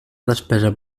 despesa